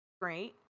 Great